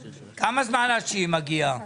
כמה זמן עד שהיא תגיע?